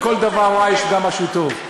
בכל דבר רע יש גם משהו טוב.